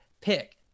pick